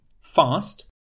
Fast